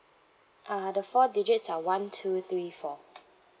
uh the four digits are one two three four